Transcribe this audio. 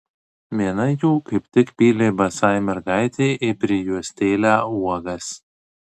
viena jų kaip tik pylė basai mergaitei į prijuostėlę uogas